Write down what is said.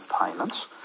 payments